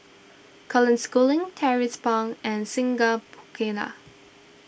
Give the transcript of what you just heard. Colin Schooling Tracie Pang and Singai Mukilan